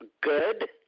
good